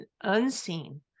unseen